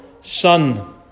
son